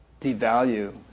devalue